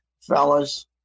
Fellas